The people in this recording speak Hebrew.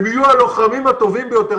הם יהיו הלוחמים הטובים ביותר,